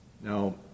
Now